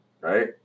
Right